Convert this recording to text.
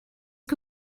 que